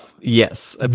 Yes